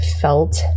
felt